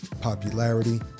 popularity